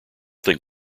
think